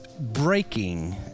Breaking